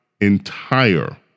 entire